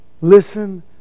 Listen